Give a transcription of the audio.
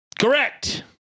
Correct